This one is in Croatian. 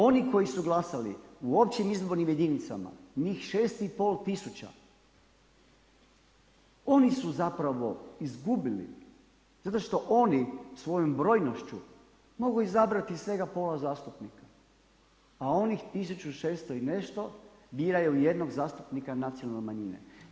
Oni koji su glasali u općim izbornim jedinicama, njih 6,5 tisuća oni su zapravo izgubili zato što oni svojom brojnošću mogu izabrati svega pola zastupnika a onih 1600 i nešto biraju jednog zastupnika nacionalne manjine.